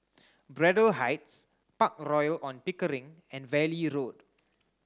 Braddell Heights Park Royal On Pickering and Valley Road